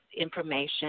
information